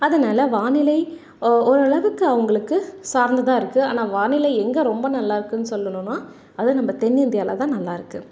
அதனால வானிலை ஓரளவுக்கு அவங்களுக்கு சார்ந்துதான் இருக்குது ஆனால் வானிலை எங்கே ரொம்ப நல்லாயிருக்குன்னு சொல்லணும்ன்னா அது நம்ம தென்னிந்தியாவிலதான் நல்லாயிருக்கு